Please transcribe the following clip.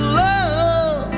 love